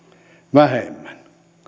vähemmän